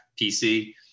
PC